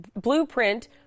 Blueprint